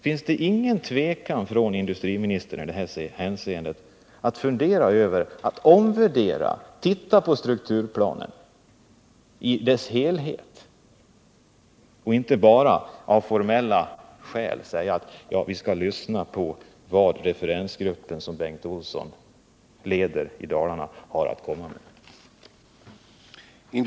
Finns det ingen tvekan hos industriministern i dessa hänseenden, som kan leda till en omvärdering och översyn av strukturplanen i dess helhet i stället för att som industriministern av formella skäl säger, lyssna på vad den referensgrupp som Bengt Olsson i Dalarna leder har att komma med?